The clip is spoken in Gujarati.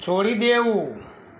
છોડી દેવું